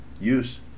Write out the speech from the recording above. use